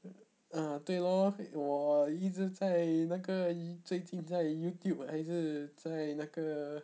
uh 对 lor 我一直在那个最近在 youtube 还是在那个